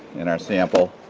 in our sample